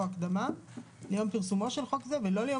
יש פה הקדמה מיום פרסומו של חוק זה ולא ליום